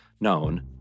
known